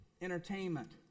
entertainment